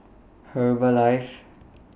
Herbalife